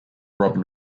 robin